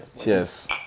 Cheers